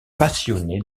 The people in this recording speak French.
passionnée